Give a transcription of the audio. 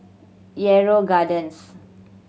Yarrow Gardens